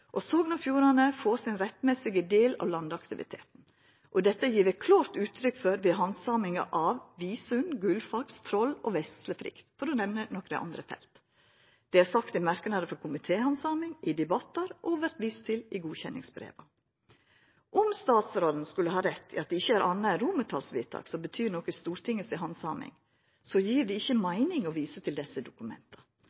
og at Sogn og Fjordane skulle få sin rettmessige del av landaktiviteten. Dette er det gjeve klart uttrykk for ved handsaminga av Visund, Gullfaks, Troll og Veslefrikk for å nemna nokre felt. Det er sagt i merknader frå komitéhandsaming, i debattar og vert vist til i godkjenningsbreva. Om statsråden skulle ha rett i at det ikkje er anna enn romartalsvedtak som betyr noko i Stortinget si handsaming, gjev det